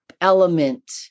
element